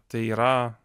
tai yra